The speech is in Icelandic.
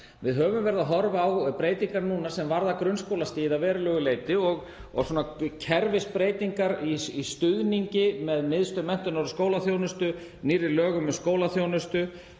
Við höfum verið að horfa á breytingar núna sem varða grunnskólastigið að verulegu leyti og kerfisbreytingar í stuðningi, með Miðstöð menntunar og skólaþjónustu og nýrri lögum um skólaþjónustu.